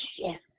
yes